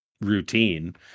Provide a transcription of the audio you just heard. routine